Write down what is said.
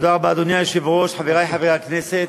תודה רבה, חברי חברי הכנסת,